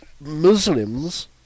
Muslims